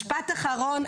משפט אחרון,